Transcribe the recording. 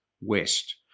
West